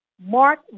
Mark